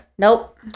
Nope